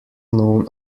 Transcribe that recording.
known